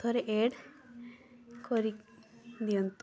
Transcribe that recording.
ଥରେ ଆଡ଼୍ କରିଦିଅନ୍ତୁ